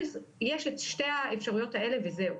יש את שתי האפשרויות האלה וזהו.